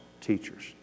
teachers